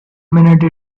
minute